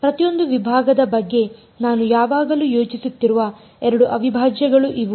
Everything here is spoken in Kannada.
ಪ್ರತಿಯೊಂದು ವಿಭಾಗದ ಬಗ್ಗೆ ನಾನು ಯಾವಾಗಲೂ ಯೋಚಿಸುತ್ತಿರುವ ಎರಡು ಅವಿಭಾಜ್ಯಗಳು ಇವು